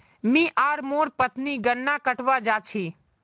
मी आर मोर पत्नी गन्ना कटवा जा छी